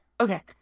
Okay